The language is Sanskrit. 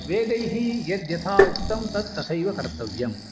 वेदैः यद् यथा उक्तं तद् तथैव कर्तव्यं